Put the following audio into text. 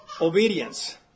Obedience